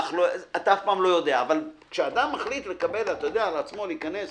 אתה אף פעם לא יודע אבל כשאדם מחליט לקבל על עצמו להיכנס